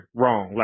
wrong